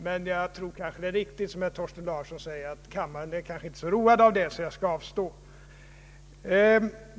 Men det är kanske riktigt som herr Thorsten Larsson säger att kammaren inte är så road av deita, och jag skall därför avstå därifrån.